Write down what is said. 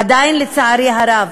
עדיין, לצערי הרב,